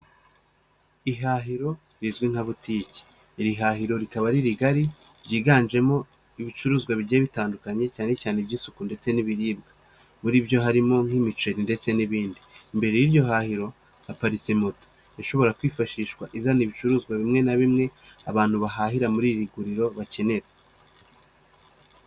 Ihahiro rizwi nka butiki, iri hahiro rikaba ari rigari ryiganjemo ibicuruzwa bigiye bitandukanye cyane cyane iby'isuku ndetse n'ibiribwa, muri byo harimo nk'imiceri ndetse n'ibindi, imbere y'iryo hahiro haparitse moto ishobora kwifashishwa izana ibicuruzwa bimwe na bimwe abantu bahahira muri iri guriro bakenera.